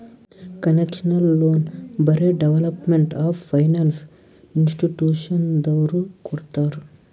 concessional loan ಬರೇ development of finance ಇನ್ಸ್ಟಿಟ್ಯೂಷನದವ್ರು ಕೊಡ್ತಾರ್